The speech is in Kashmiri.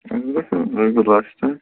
یہِ حظ گژھوٕ روٚپیہِ لَچھ تانۍ